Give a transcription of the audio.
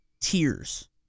tears